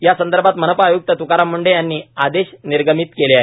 यासंदर्भात मनपा आयुक्त तुकाराम मुंढे यांनी आदेश निर्गमित केले आहे